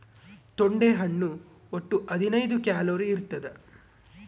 ತೊಂಡೆ ಹಣ್ಣು ಒಟ್ಟು ಹದಿನೈದು ಕ್ಯಾಲೋರಿ ಇರ್ತಾದ